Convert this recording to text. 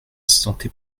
santé